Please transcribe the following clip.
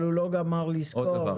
הוא לא סיים את הסקירה.